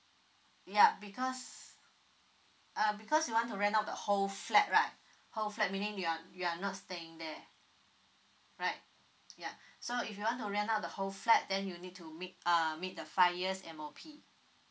yup because uh because you want to rent out the whole flat right whole flat meaning you are you are not staying there right yeah so if you want to rent out the whole flat then you need to meet err meet the five years M_O_P